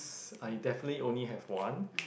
I definitely only have one